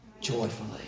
joyfully